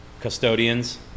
custodians